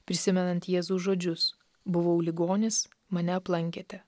prisimenant jėzaus žodžius buvau ligonis mane aplankėte